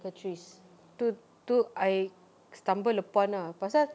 Catrice itu itu I stumble upon ah pasal